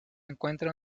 encuentra